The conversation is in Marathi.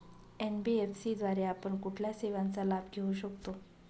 एन.बी.एफ.सी द्वारे आपण कुठल्या सेवांचा लाभ घेऊ शकतो?